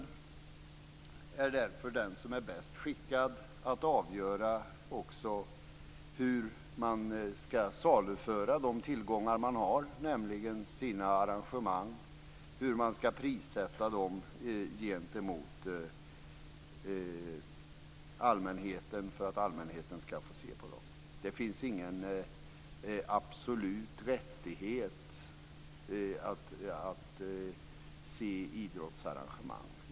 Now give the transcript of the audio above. Idrottsrörelsen är därför bäst skickad att avgöra också hur man skall saluföra de tillgångar som man har, nämligen sina arrangemang, och hur man skall prissätta dem gentemot allmänheten för att allmänheten skall få se på dem. Det finns ingen absolut rättighet att se idrottsarrangemang.